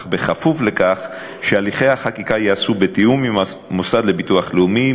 אך בכפוף לכך שהליכי החקיקה יימשכו בתיאום עם המוסד לביטוח לאומי,